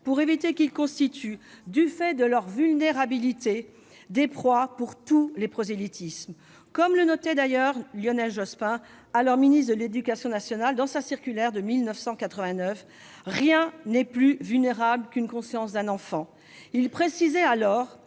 pour éviter qu'ils ne soient, du fait de leur vulnérabilité, des proies pour tous les prosélytismes. Comme le faisait observer Lionel Jospin, alors ministre de l'éducation nationale, dans une circulaire de 1989, « rien n'est plus vulnérable qu'une conscience d'enfant ». Et de préciser